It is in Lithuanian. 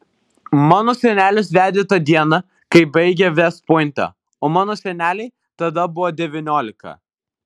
mano senelis vedė tą dieną kai baigė vest pointą o mano senelei tada buvo devyniolika